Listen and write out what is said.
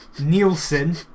Nielsen